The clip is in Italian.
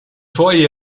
suoi